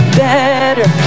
better